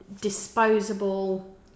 disposable